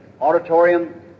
auditorium